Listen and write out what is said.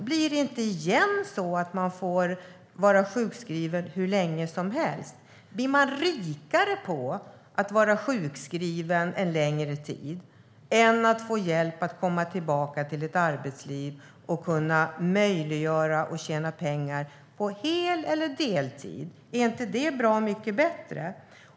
Blir det inte igen så att man får vara sjukskriven hur länge som helst? Blir man rikare av att vara sjukskriven en längre tid än om man får hjälp att komma tillbaka till ett arbetsliv och få möjlighet att tjäna pengar på hel eller deltidsarbete? Är inte det bra mycket bättre?